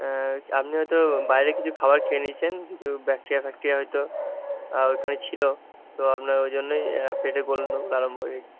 আপনি হয়তো বাইরের কিছু খাবার খেয়ে নিয়েছেন কিছু ব্যাকটিরিয়া ফ্যাকটিরিয়া হয়তো ওখানে ছিল তো আপনার ওই জন্যই পেটে গণ্ডগোল আরম্ভ হয়ে